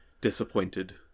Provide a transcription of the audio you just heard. disappointed